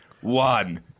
One